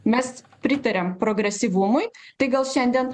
mes pritariam progresyvumui tai gal šiandien